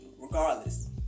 regardless